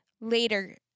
later